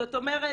זאת אומרת,